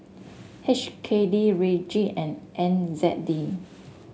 H K D Ringgit and N Z D